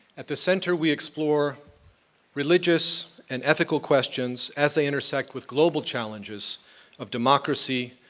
at the center we explore religious and ethical questions as they intersect with global challenges of democracy,